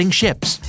ships